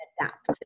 adapt